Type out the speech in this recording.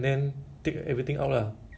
support and ticket and then